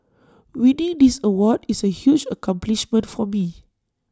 winning this award is A huge accomplishment for me